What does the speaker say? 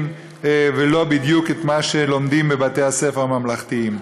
ולא בדיוק את מה שלומדים בבתי-הספר הממלכתיים.